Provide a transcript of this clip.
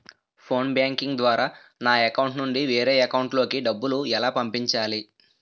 Phone banking ద్వారా నా account నుంచి వేరే అకౌంట్ లోకి డబ్బులు ఎలా పంపించాలి?